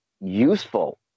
useful